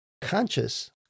conscious